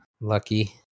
lucky